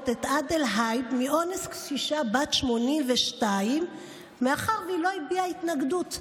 את עאדל הייב מאונס קשישה בת 82 מאחר שהיא לא הביעה התנגדות.